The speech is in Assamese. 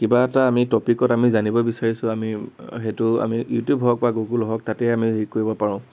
কিবা এটা আমি টপিকত আমি জানিব বিচাৰিছোঁ আমি সেইটো আমি ইউটিউব হওক বা গুগল হওক তাতে আমি সেই কৰিব পাৰোঁ